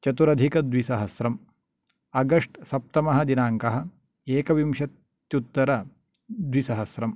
चतुरधिकद्विसहस्रम् August सप्तमः दिनाङ्कः एकविंशत्युत्तर द्विसहस्रम्